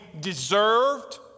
deserved